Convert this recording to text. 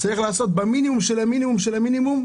צריך לדחות את זה במינימום של המינימום למשך